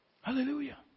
Hallelujah